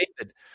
david